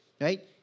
right